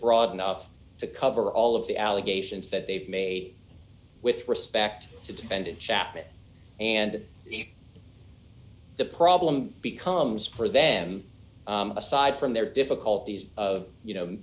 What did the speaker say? broad enough to cover all of the allegations that they've made with respect to defendant chapman and the the problem becomes for them aside from their difficulties of you know